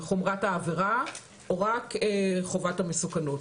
וחומרת העבירה או רק חובת המסוכנות.